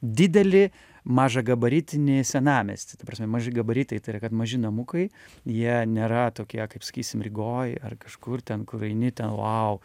didelį mažagabaritinį senamiestį ta prasme maži gabaritai tai yra kad maži namukai jie nėra tokie kaip sakysim rygoj ar kažkur ten kur eini ten vau